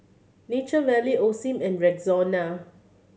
Nature Valley Osim and Rexona